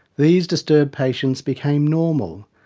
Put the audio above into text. these disturbed patients became normal,